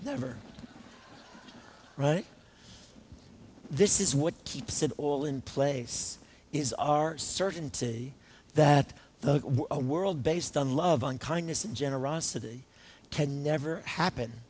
never right this is what keeps it all in place is our certainty that the world based on love and kindness and generosity can never happen